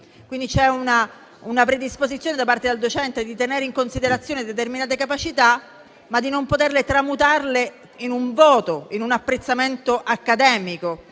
Quindi c'è la predisposizione da parte del docente a tenere in considerazione determinate capacità, senza poterle però poi tramutare in un voto o in un apprezzamento accademico,